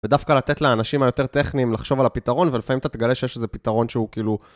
ודווקא לתת לאנשים היותר טכניים לחשוב על הפתרון, ולפעמים אתה תגלה שיש איזה פתרון שהוא כאילו...